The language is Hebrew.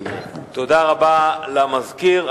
תודה רבה למזכיר.